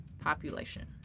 population